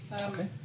Okay